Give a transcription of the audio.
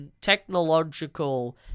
technological